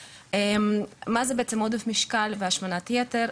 אז מה זה בעצם עודף משקל והשמנת יתר?